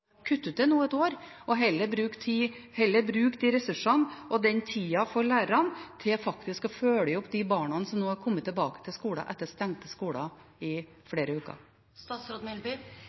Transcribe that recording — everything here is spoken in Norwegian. det ut et år, og heller bruke de ressursene og den tida på lærerne for faktisk å følge opp de barna som nå er kommet tilbake på skolen etter stengte skoler i flere